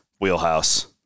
wheelhouse